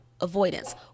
Avoidance